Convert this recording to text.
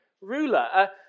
ruler